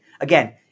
Again